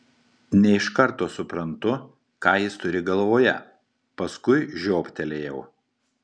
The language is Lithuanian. ne iš karto suprantu ką jis turi galvoje paskui žioptelėjau